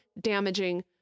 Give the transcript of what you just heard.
damaging